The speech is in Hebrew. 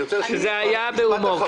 זה היה בהומור.